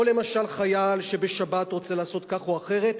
או למשל חייל שבשבת רוצה לעשות כך או אחרת,